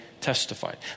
testified